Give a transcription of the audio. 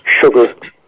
sugar